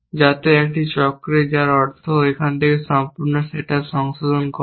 যাতে একটি চক্রে যার অর্থ একটি সম্পূর্ণ সেট আপ সংশোধন কল